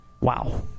Wow